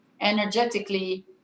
energetically